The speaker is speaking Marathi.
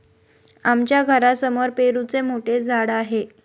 आमच्या घरासमोर पेरूचे मोठे झाड आहे